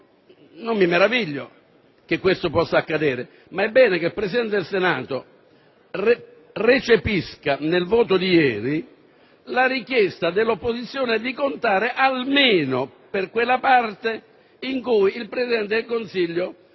Non mi meraviglio che questo possa accadere, ma è bene che il Presidente del Senato recepisca, nel voto di ieri, la richiesta dell'opposizione di contare. Il Presidente del Consiglio